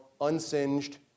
unsinged